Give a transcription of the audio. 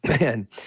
man